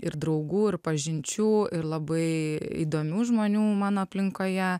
ir draugų ir pažinčių ir labai įdomių žmonių mano aplinkoje